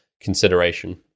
consideration